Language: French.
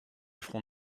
front